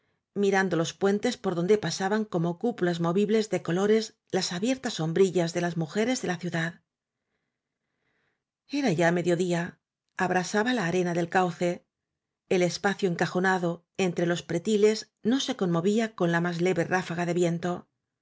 mirando los puentes por donde pasa ban como cúpulas movibles de colores las abiertas sombrillas de las mujeres de la ciudad era ya medio día abrasaba la arena del cauce el espacio encajonado entre los pre tiles no se conmovía con la más leve ráfaga de viento